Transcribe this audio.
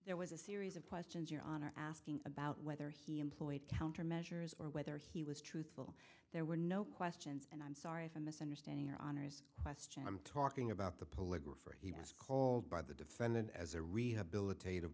there was a series of questions your honor asking about whether he employed countermeasures or whether he was truthful there were no questions and i'm sorry if i'm misunderstanding your honour's question i'm talking about the political for he was called by the defendant as a rehabilitat